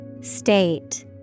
State